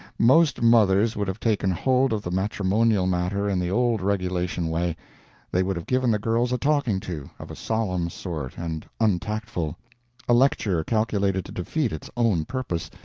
most mothers would have taken hold of the matrimonial matter in the old regulation way they would have given the girls a talking to, of a solemn sort and untactful a lecture calculated to defeat its own purpose,